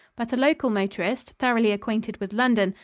but a local motorist, thoroughly acquainted with london,